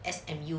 S_M_U